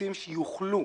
שהקיבוצים שיוכלו,